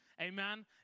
Amen